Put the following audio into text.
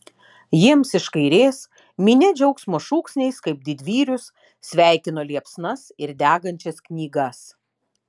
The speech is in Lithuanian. jiems iš kairės minia džiaugsmo šūksniais kaip didvyrius sveikino liepsnas ir degančias knygas